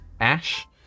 ash